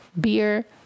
beer